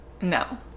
no